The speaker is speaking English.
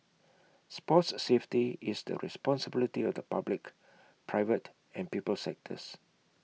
sports safety is the responsibility of the public private and people sectors